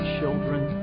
children